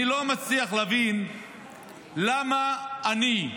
אני לא מצליח להבין למה אני,